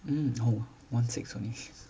mm oh one six only